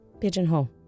Pigeonhole